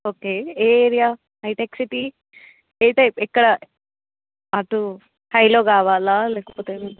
okay ఏ area హైటెక్ సిటీ ఏ టైపు ఎక్కడ అటు హైలో కావాలా లేకపోతే